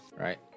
right